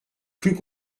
plus